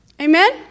Amen